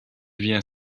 vient